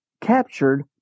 captured